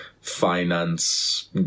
finance